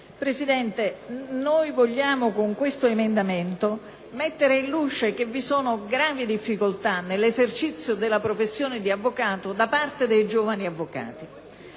Presidente, con l'emendamento vogliamo mettere in luce che vi sono gravi difficoltà nell'esercizio della professione di avvocato da parte dei giovani avvocati.